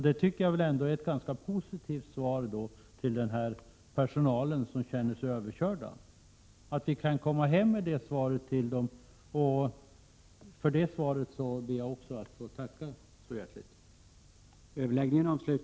Det tycker jag ändå är ett ganska positivt besked till den personal som känner sig överkörd, och det är ett svar som man kan komma hem med till dem. För det svaret ber jag att få tacka så hjärtligt.